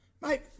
Mate